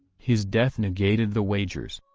his death negated the wagers.